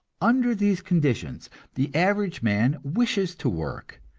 under these conditions the average man wishes to work,